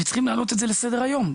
וצריכים להעלות את זה לסדר היום,